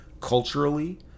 culturally